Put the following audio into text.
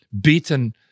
beaten